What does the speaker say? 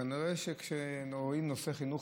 כנראה שכשמעוררים את נושא החינוך,